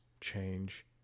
change